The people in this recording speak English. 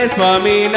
Swami